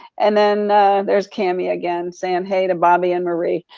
and then there's cammie again saying hey to bobby and marie.